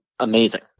amazing